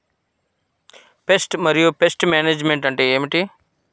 Pest మరియు pest management అంటే ఏమిటి?